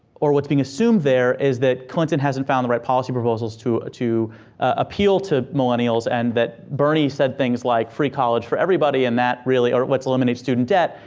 or what's being assumed there is that clinton hasn't found the right policy proposals to to appeal to millennials and that bernie said things like, free college for everybody. and that really, or let's eliminate student debt.